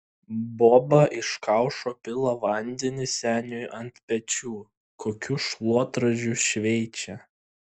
boba iš kaušo pila vandenį seniui ant pečių kokiu šluotražiu šveičia